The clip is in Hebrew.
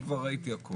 אני כבר ראיתי הכול.